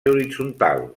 horitzontal